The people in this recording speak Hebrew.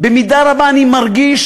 במידה רבה אני מרגיש,